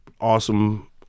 Awesome